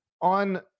on